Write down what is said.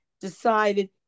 decided